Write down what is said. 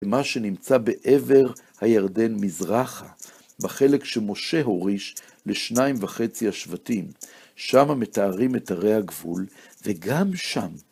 ומה שנמצא בעבר הירדן-מזרחה, בחלק שמשה הוריש לשניים וחצי השבטים, שמה מתארים את ערי הגבול, וגם שם..